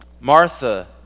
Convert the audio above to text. Martha